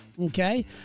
okay